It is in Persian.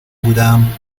بودم